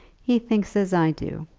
he thinks as i do.